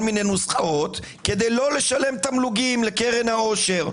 מיני נוסחאות כדי לא לשלם תמלוגים לקרן העושר,